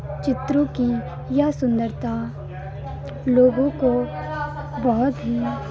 चित्रों की यह सुन्दरता लोगों को बहुत ही